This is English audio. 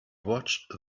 watched